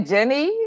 Jenny